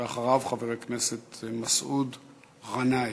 אחריו, חבר הכנסת מסעוד גנאים.